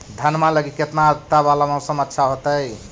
धनमा लगी केतना आद्रता वाला मौसम अच्छा होतई?